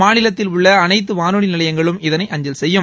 மாநிலத்தில் உள்ள அனைத்து வானொலி நிலையங்களும் இதனை அஞ்சல் செய்யும்